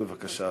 בבקשה.